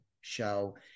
show